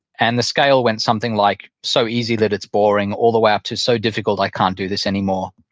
and the scale went something like so easy that it's boring all the way up to so difficult i can't do this anymore,